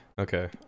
Okay